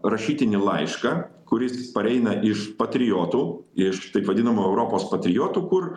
rašytinį laišką kuris pareina iš patriotų iš taip vadinamų europos patriotų kur